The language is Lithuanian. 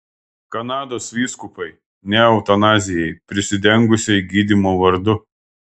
kanados vyskupai ne eutanazijai prisidengusiai gydymo vardu